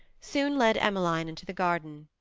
soon led emmeline into the garden.